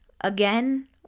Again